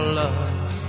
love